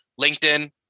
LinkedIn